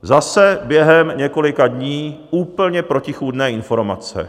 Zase během několika dní úplně protichůdné informace.